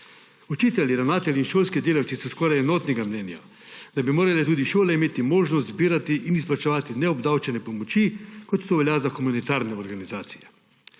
Učitelji, ravnatelji in šolski delavci so skoraj enotnega mnenja, da bi morale tudi šole imeti možnost zbirati in izplačevati neobdavčene pomoči, kot to velja za humanitarne organizacije.